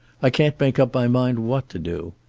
i can't make up my mind what to do.